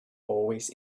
always